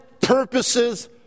purposes